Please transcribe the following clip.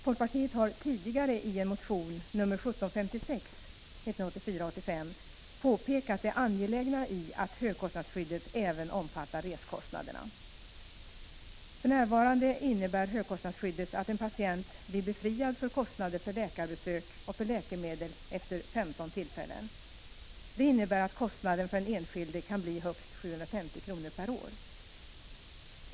Folkpartiet har tidigare i en motion, 1984/85:1756, påpekat det angelägna i att högkostnadsskyddet även omfattar resekostnaderna. För närvarande innebär högkostnadsskyddet att en patient blir befriad från kostnader för läkarbesök och läkemedel då betalning skett vid 15 tillfällen. Det innebär att kostnaden för den enskilde kan bli högst 750 kr. per år.